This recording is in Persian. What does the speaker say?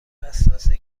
حساسه